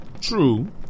True